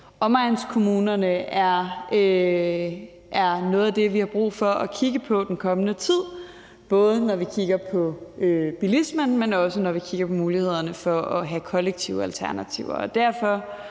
omegnskommunerne er noget af det, vi har brug for at kigge på den kommende tid, både når vi kigger på bilismen, men også, når vi kigger på mulighederne for at have kollektive alternativer.